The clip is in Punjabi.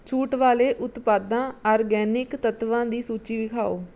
ਛੂਟ ਵਾਲੇ ਉਤਪਾਦਾਂ ਆਰਗੈਨਿਕ ਤੱਤਵਾਂ ਦੀ ਸੂਚੀ ਵਿਖਾਉ